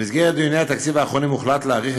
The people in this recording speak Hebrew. במסגרת דיוני התקציב האחרונים הוחלט להאריך